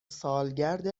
سالگرد